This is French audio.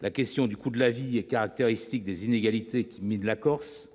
La question du coût de la vie est caractéristique des inégalités qui minent la Corse.